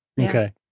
Okay